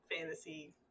fantasy